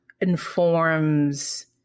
informs